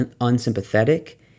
unsympathetic